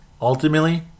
ultimately